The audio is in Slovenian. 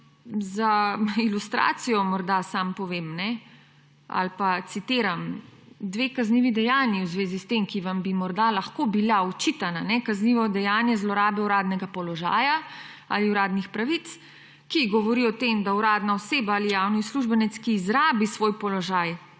za ilustracijo morda samo povem ali pa citiram dve kaznivi dejanji v zvezi s tem, ki vam bi morda lahko bila očitana. Kaznivo dejanje zlorabe uradnega položaja ali uradnih pravic, ki govori o tem, da uradna oseba ali javni uslužbenec, ki izrabi svoj položaj